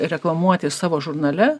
reklamuoti savo žurnale